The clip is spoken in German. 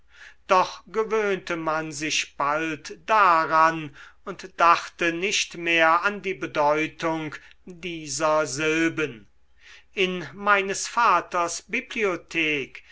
doch gewöhnte man sich bald daran und dachte nicht mehr an die bedeutung dieser silben in meines vaters bibliothek